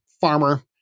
farmer